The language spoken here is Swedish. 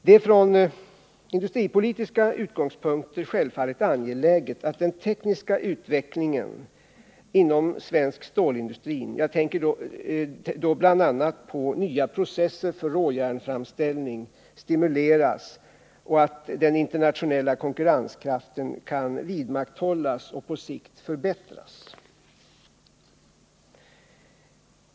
Det är från industripolitiska utgångspunkter självfallet angeläget att den tekniska utvecklingen inom svensk stålindustri — jag tänker då bl.a. på nya processer för råjärnframställning — stimuleras och att den internationella konkurrenskraften kan vidmakthållas och på sikt förbättras.